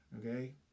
Okay